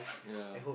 ya